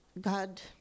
God